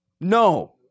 No